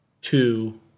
two